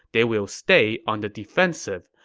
they will stay on the defensive.